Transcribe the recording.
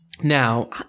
Now